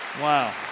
Wow